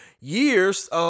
years